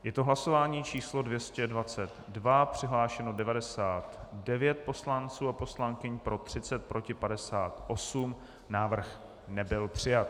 Je to hlasování číslo 222, přihlášeno 99 poslanců a poslankyň, pro 30, proti 58, návrh nebyl přijat.